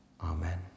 Amen